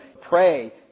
pray